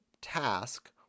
task